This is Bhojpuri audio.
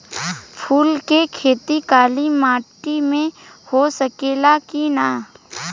फूल के खेती काली माटी में हो सकेला की ना?